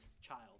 child